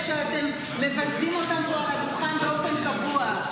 שאתם מבזים אותם פה על הדוכן באופן קבוע?